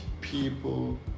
people